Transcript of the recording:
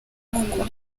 kuko